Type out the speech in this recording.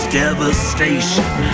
devastation